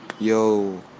yo